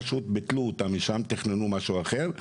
שפשוט ביטלו אותה, תכננו משהו אחר,